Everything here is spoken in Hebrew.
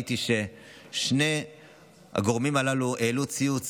ראיתי ששני הגורמים הללו העלו ציוץ